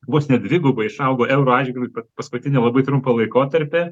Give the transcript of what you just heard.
vos ne dvigubai išaugo euro atžvilgiu paskutinį labai trumpą laikotarpį